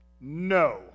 No